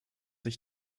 ich